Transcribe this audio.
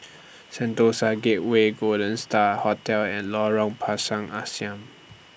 Sentosa Gateway Golden STAR Hotel and Lorong Pisang Asam